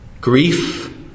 Grief